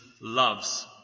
loves